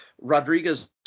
Rodriguez